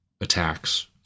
attacks